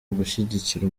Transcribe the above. ugushyigikira